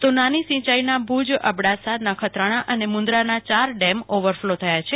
તો નાની સિંચાઇના ભુજ અબડાસા નખત્રાણા અને મુન્દ્રાના ચાર ડેમ ઓવરફલો થયા છે